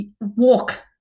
walk